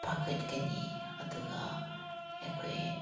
ꯐꯒꯠꯀꯅꯤ ꯑꯗꯨꯒ ꯑꯩꯈꯣꯏ